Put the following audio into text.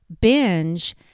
binge